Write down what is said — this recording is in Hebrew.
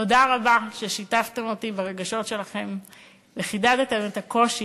תודה רבה ששיתפתם אותי ברגשות שלכם וחידדתם את הקושי,